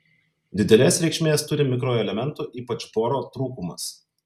didelės reikšmės turi mikroelementų ypač boro trūkumas